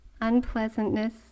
unpleasantness